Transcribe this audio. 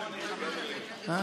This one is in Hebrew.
קדימה.